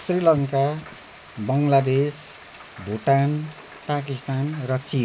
श्रीलङ्का बङ्गलादेश भुटान पाकिस्तान र चिन